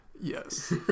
Yes